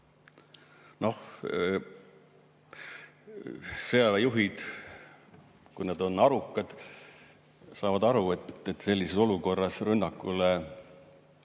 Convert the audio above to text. Sõjaväe juhid, kui nad on arukad, saavad aru, et sellises olukorras rünnakule